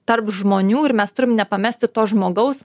tarp žmonių ir mes turim nepamesti to žmogaus